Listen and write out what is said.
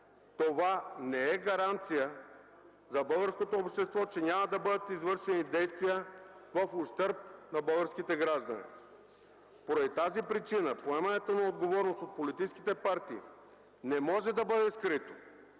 Това не е гаранция за българското общество, че няма да бъдат извършени действия в ущърб на българските граждани. Поради тази причина поемането на отговорност от политическите партии не може да бъде скрито